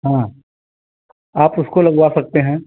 हाँ आप उसको लगवा सकते हैं